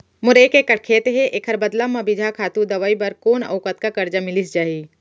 मोर एक एक्कड़ खेत हे, एखर बदला म बीजहा, खातू, दवई बर कोन अऊ कतका करजा मिलिस जाही?